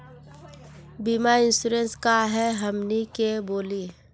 बीमा इंश्योरेंस का है हमनी के बोली?